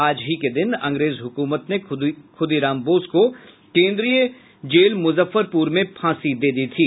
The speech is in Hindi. आज ही के दिन अंग्रेज हुकूमत ने ख़ुदीराम बोस को केंद्रीय जेल मुजफ्फरपुर में फांसी दी थी